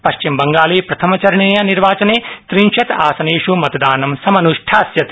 पश्चिमबंगाले प्रथमचरणीयनिर्वाचने त्रिंशत्आसनेष् मतदानं समन्ष्ठास्यते